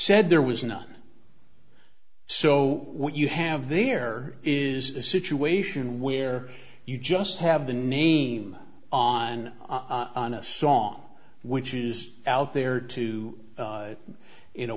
said there was none so what you have there is a situation where you just have the name on on a song which is out there to in a